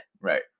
right